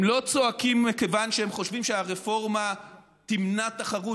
הם לא צועקים מכיוון שהם חושבים שהרפורמה תמנע תחרות